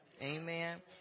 Amen